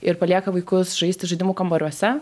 ir palieka vaikus žaisti žaidimų kambariuose